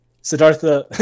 Siddhartha